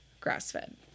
grass-fed